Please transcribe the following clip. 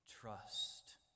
trust